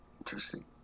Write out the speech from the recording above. Interesting